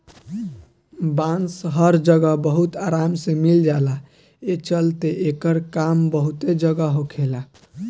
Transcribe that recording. बांस हर जगह बहुत आराम से मिल जाला, ए चलते एकर काम बहुते जगह होखेला